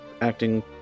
acting